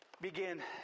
begin